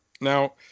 Now